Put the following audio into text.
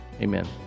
Amen